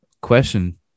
question